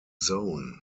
zone